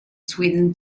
sweden